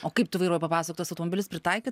o kaip tu vairuoji papasakok tas automobilis pritaiky